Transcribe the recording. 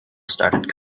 started